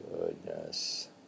Goodness